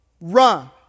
run